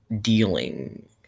dealing